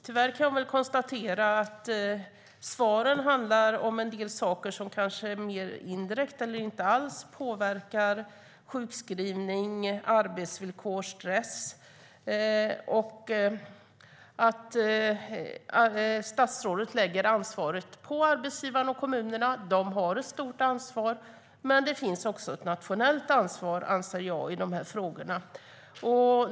Tyvärr kan jag konstatera att svaren handlar om en del saker som kanske mer indirekt eller inte alls påverkar sjukskrivning, arbetsvillkor och stress. Statsrådet lägger ansvaret på arbetsgivaren och kommunerna. De har ett stort ansvar, men jag anser att det också finns ett nationellt ansvar i de här frågorna.